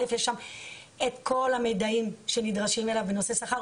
יש שם כל המידע שנדרש בנושא שכר,